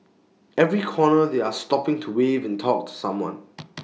every corner they are stopping to wave and talk to someone